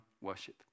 worship